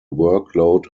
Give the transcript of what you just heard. workload